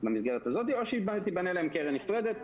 במסגרת הזאת, או שתבנה להם קרן נפרדת.